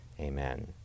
Amen